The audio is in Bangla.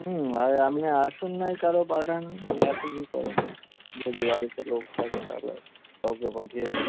হুম আগে আপনি আসুন নয় কারও পাঠান যা খুশি করুন যদি বাড়িতে লোক থাকে তাহলে কাউকে পাঠিয়ে দিন